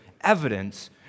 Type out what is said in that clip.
evidence